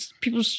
people